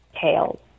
tails